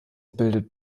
bildet